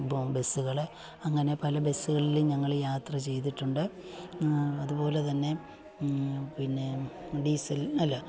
ബസ്സ്കള് അങ്ങനെ പല ബെസ്സ്കളി ലും ഞങ്ങള് യാത്രചെയ്തിട്ടുണ്ട് അത്പോലെ തന്നെ പിന്നെ ഡീസൽ അല്ലാ